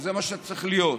וזה מה שצריך להיות.